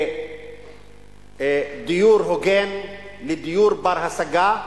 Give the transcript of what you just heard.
לדיור הוגן, לדיור בר-השגה.